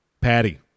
Patty